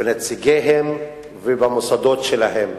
בנציגיהם ובמוסדות שלהם.